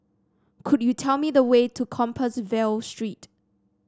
could you tell me the way to Compassvale Street